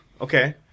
okay